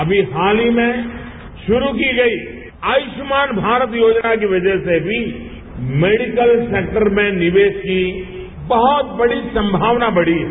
अमी हालही में शुरू की गई आयुष्मान भारत योजना की वजह से भी मेडिकल सेक्टर में निवेश की बहुत बड़ी संभावना बढ़ी है